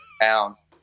pounds